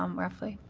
um roughly?